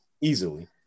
Easily